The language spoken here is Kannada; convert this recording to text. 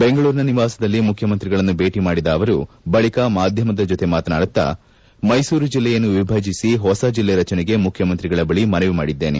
ಬೆಂಗಳೂರಿನ ನಿವಾಸದಲ್ಲಿ ಮುಖ್ಯಮಂತ್ರಿಗಳನ್ನು ಭೇಟಿ ಮಾಡಿದ ಅವರು ಬಳಿಕ ಮಾಧ್ಯಮದ ಜತೆ ಮಾತನಾಡುತ್ತಾ ಅವರು ಮೈಸೂರು ಜಿಲ್ಲೆಯನ್ನು ವಿಭಜಿಸಿ ಹೊಸ ಜಿಲ್ಲೆ ರಚನೆಗೆ ಮುಖ್ಯಮಂತ್ರಿಗಳ ಬಳಿ ಮನವಿ ಮಾಡಿದ್ದೇನೆ